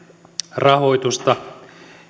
rahoitusta